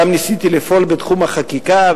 גם ניסיתי לפעול בתחום החקיקה,